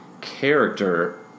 character